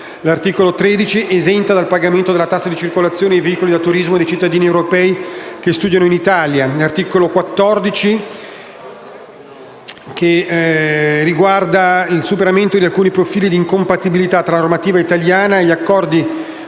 L'articolo 13 esenta dal pagamento della tassa di circolazione i veicoli da turismo dei cittadini europei che studiano in Italia. L'articolo 14 riguarda il superamento di alcuni profili di incompatibilità tra la normativa italiana e gli accordi